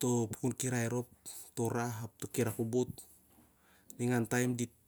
taoh pukun kirai tintin dit-